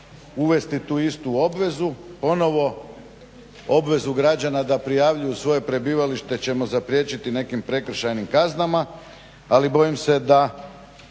uvesti tu istu obvezu, ponovo obvezu građana da prijavljuju svoje prebivalište ćemo zapriječiti nekim prekršajnim kaznama. Ali bojim se da